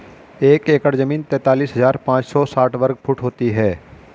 एक एकड़ जमीन तैंतालीस हजार पांच सौ साठ वर्ग फुट होती है